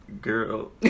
girl